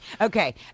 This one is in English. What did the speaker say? Okay